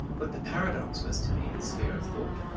what the paradox was to me in the sphere of thought,